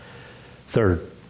Third